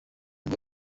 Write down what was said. ngo